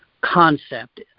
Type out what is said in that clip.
concept